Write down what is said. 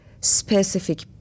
specific